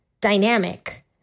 dynamic